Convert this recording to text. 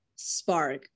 spark